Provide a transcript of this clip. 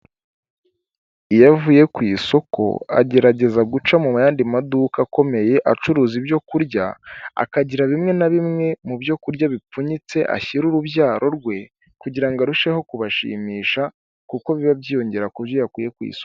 Iyo avuye ku isoko agerageza guca mu yandi maduka akomeye acuruza ibyoku kurya akagira bimwe na bimwe mu byo kurya bipfunyitse ashyira urubyaro rwe kugira ngo arusheho kubashimisha kuko biba byiyongera ku byo yakwiye ku isonga.